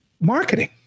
marketing